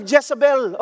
Jezebel